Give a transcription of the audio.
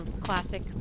Classic